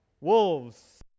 wolves